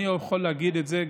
אני יכול להגיד את זה,